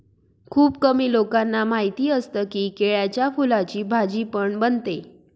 खुप कमी लोकांना माहिती असतं की, केळ्याच्या फुलाची भाजी पण बनते